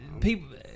people